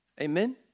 Amen